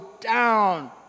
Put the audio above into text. down